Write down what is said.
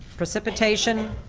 precipitation,